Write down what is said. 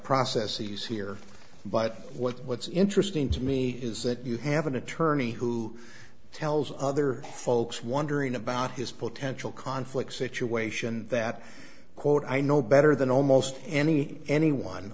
process easier but what's interesting to me is that you have an attorney who tells other folks wondering about his potential conflict situation that quote i know better than almost any anyone